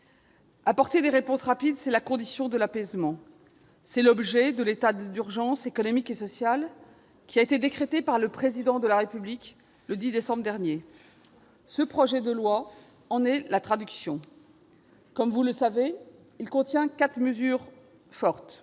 Apporter des réponses rapides, c'est la condition de l'apaisement. C'est l'objet de l'état d'urgence économique et social qui a été décrété par le Président de la République le 10 décembre dernier. Le présent projet de loi en est la traduction. Comme vous le savez, il contient quatre mesures fortes.